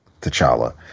T'Challa